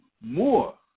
more